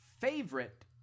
favorite